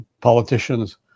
politicians